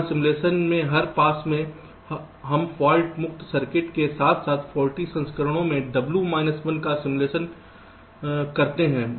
यहां सिमुलेशन के हर पास में हम फाल्ट मुक्त सर्किट के साथ साथ फौल्टी संस्करण के डब्ल्यू माइनस 1 का सिमुलेशन करते हैं